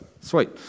sweet